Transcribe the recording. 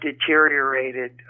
deteriorated